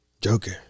Joker